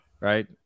right